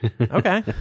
Okay